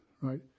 right